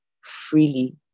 freely